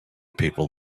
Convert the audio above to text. people